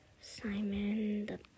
Simon